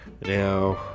Now